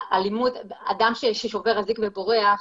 אדם ששובר אזיק ובורח,